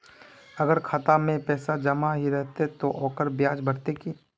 अगर खाता में पैसा जमा ही रहते ते ओकर ब्याज बढ़ते की?